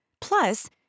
Plus